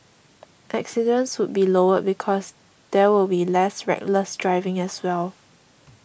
accidents would be lower because there will be less reckless driving as well